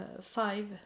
five